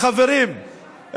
חברים,